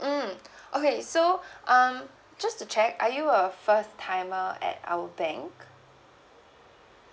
mm okay so um just to check are you a first timer at our bank